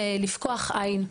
לפקוח עין,